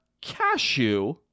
Cashew